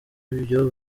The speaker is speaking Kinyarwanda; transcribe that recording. ibyo